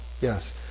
Yes